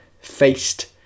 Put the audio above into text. faced